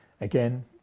Again